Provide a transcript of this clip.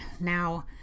now